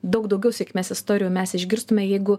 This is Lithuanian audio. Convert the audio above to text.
daug daugiau sėkmės istorijų mes išgirstume jeigu